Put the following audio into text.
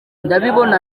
ndabibona